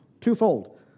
twofold